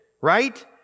right